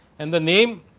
and the name